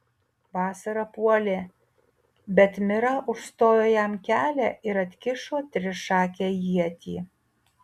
vasara puolė bet mira užstojo jam kelią ir atkišo trišakę ietį